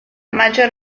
maggior